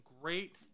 great